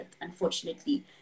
unfortunately